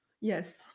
Yes